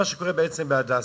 זה מה שקורה בעצם ב"הדסה".